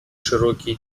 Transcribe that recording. широкие